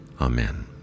Amen